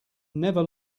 never